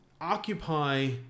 occupy